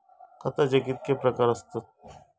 खताचे कितके प्रकार असतत?